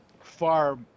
far